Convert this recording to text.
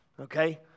okay